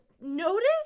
notice